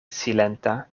silenta